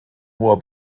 hoher